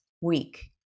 week